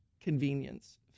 convenience